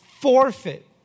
forfeit